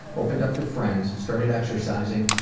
opened up to friends, started exercising,